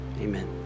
Amen